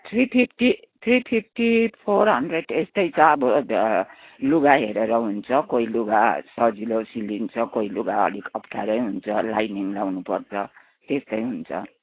three fifty three fifty four hundred यस्तै छ अब लुगा हेरेर हुन्छ कोही लुगा सजिलो सिलिन्छ कोही लुगा अलिक अफ्ठ्यारै हुन्छ लाइलिङ लाउनुपर्छ त्यस्तै हुन्छ